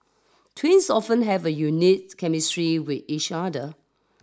twins often have a unique chemistry with each other